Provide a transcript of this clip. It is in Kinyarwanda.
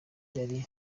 yari